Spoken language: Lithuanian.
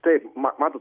taip matot